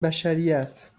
بشریت